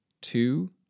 two